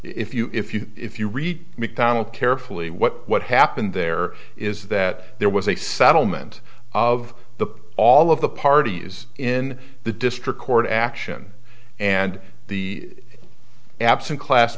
if you if you if you read mcdonald carefully what happened there is that there was a settlement of the all of the party is in the district court action and the absent class